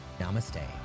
namaste